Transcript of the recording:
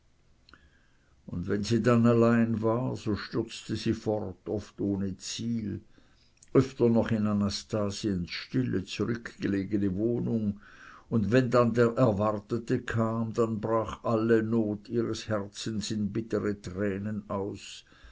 und wenn sie dann allein war so stürzte sie fort oft ohne ziel öfter noch in anastasiens stille zurückgelegene wohnung und wenn dann der erwartete kam dann brach alle not ihres herzens in bittre tränen aus